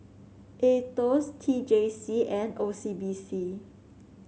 Aetos T J C and O C B C